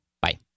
Bye